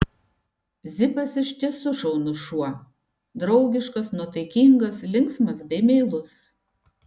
zipas iš tiesų šaunus šuo draugiškas nuotaikingas linksmas bei meilus